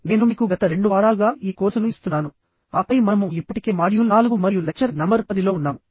నేను మీకు గత రెండు వారాలుగా ఈ కోర్సును ఇస్తున్నాను ఆపై మనము ఇప్పటికే మాడ్యూల్ 4 మరియు లెక్చర్ నంబర్ 10 లో ఉన్నాము